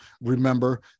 Remember